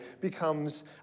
becomes